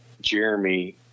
Jeremy